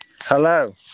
Hello